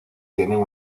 tienen